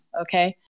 Okay